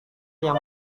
jalan